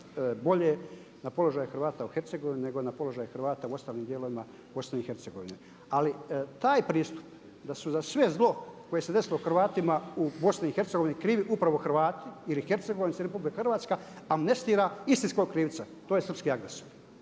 bolje na položaj Hrvata u Hercegovini nego na položaj Hrvata u ostalim dijelovima BiH-a. Ali taj pristup da su za sve zlo koje se desilo Hrvatima u BiH-a krivi upravo Hrvati ili Hercegovci, Republika Hrvatska amnestira istinskog krivca, to je srpski agresor.